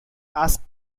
asks